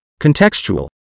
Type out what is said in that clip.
contextual